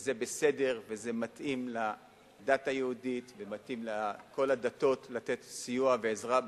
וזה בסדר וזה מתאים לדת היהודית ומתאים לכל הדתות לתת סיוע ועזרה בסתר,